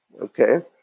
okay